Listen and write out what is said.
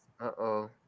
Uh-oh